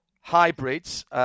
hybrids